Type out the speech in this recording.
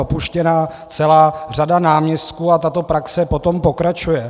Byla propuštěna celá řada náměstků a tato praxe potom pokračuje.